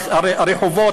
הרחובות,